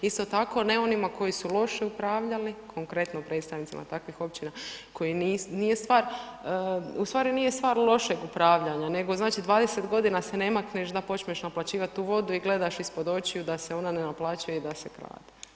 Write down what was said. Isto tako, ne onima koji su loše upravljali, konkretno predstavnicima takvih općina koji, nije stvar, u stvari nije stvar u lošeg upravljanja, nego znači 20 godina se ne makneš da počneš naplaćivati tu vodu i gledaš ispod očiju da se ona ne naplaćuje i da se krade.